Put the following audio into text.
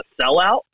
sellout